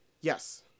Yes